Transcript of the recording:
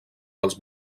dels